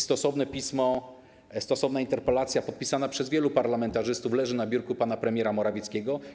Stosowne pismo, stosowna interpelacja podpisana przez wielu parlamentarzystów leży na biurku pana premiera Morawieckiego.